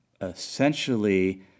essentially